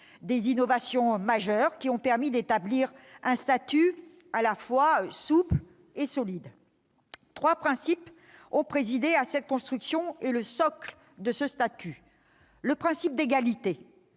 des innovations majeures qui ont permis d'établir un statut à la fois souple et solide. Trois principes ont présidé à cette construction et au socle de ce statut. Premier principe, le